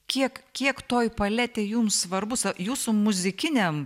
kiek kiek toji paletė jums svarbu sa jūsų muzikiniam